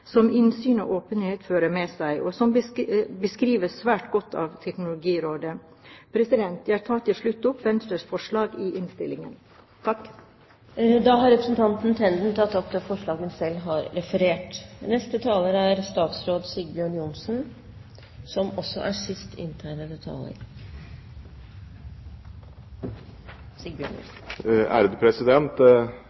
som innsyn og åpenhet fører med seg, og som beskrives svært godt av Teknologirådet. Jeg tar til slutt opp Venstres forslag i innstillingen. Representanten Borghild Tenden har tatt opp det forslaget hun refererte til. Noen få betraktninger ved slutten av denne debatten. Det er